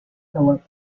philip